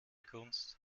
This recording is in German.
kunst